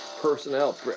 personnel